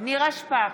נירה שפק,